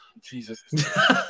Jesus